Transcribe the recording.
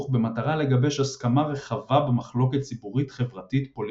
במטרה לגבש הסכמה רחבה במחלוקת ציבורית-חברתית-פוליטית."